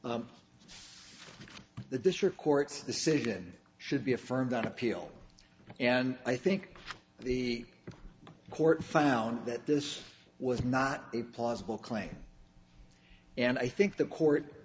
to the district court's decision should be affirmed on appeal and i think the court found that this was not a plausible claim and i think the court